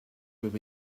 with